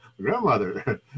grandmother